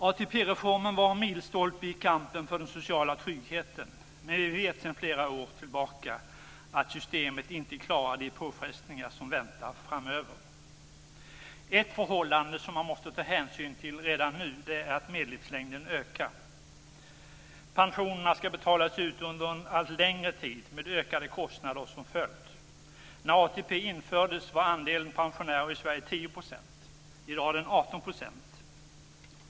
ATP-reformen var en milstolpe i kampen för den sociala tryggheten. Men vi vet sedan flera år tillbaka att systemet inte klarar de påfrestningar som väntar framöver. Ett förhållande som man måste ta hänsyn till redan nu är att medellivslängden ökar. Pensionerna skall betalas ut under en allt längre tid med ökade kostnader som följd. När ATP infördes var andelen pensionärer i Sverige 10 %. I dag är den 18 %.